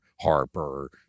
Harper